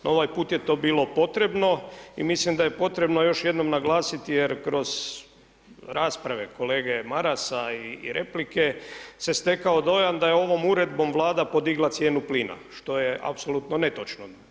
No ovaj put je to bilo potrebno i mislim da je potrebno još jednom naglasiti jer kroz rasprave kolege Marasa i replike se stekao dojam da je ovom uredbom Vlada podigla cijenu plina što je apsolutno netočno.